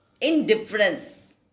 indifference